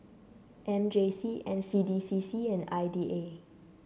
M J C N C D C C and I D A